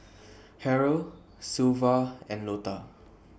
Harrell Sylva and Lota